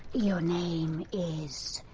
your name is,